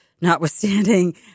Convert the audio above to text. notwithstanding